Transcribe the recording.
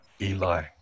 Eli